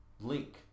link